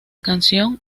canción